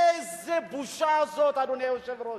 איזו בושה זאת, אדוני היושב-ראש.